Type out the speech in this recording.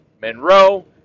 Monroe